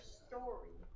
story